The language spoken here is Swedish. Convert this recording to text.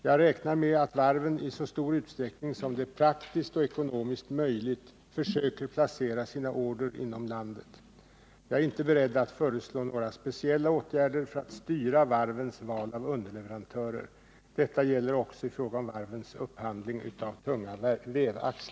Jag räknar med att varven i så stor utsträckning som det är praktiskt och ekonomiskt möjligt försöker att placera sina order inom landet. Jag är inte beredd att föreslå några speciella åtgärder för att styra varvens val av underleverantörer. Detta gäller också i fråga om varvens upphandling av tunga vevaxlar.